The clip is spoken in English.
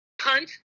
punt